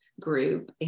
group